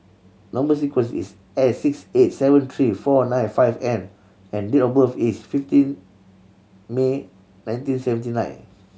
number sequence is S six eight seven three four nine five N and date of birth is fifteen May nineteen seventy nine